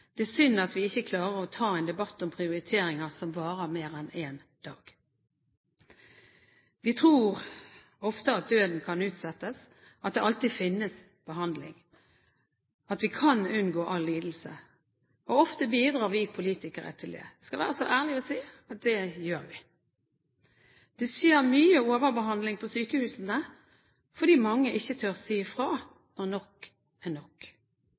er synd at vi ikke klarer å ta en debatt om prioriteringer som varer mer enn en dag Vi tror ofte at døden kan utsettes, at det alltid finnes behandling, at vi kan unngå all lidelse. Ofte bidrar vi politikere til det – jeg skal være så ærlig å si at det gjør vi. Det skjer mye overbehandling på sykehusene, fordi mange ikke tør si fra når nok er nok.